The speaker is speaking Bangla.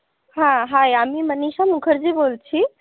হ্যাঁ হাই আমি মনিশা মুখার্জি বলছি